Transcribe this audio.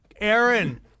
Aaron